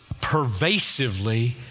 pervasively